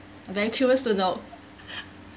very curious to know